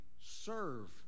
serve